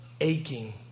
aching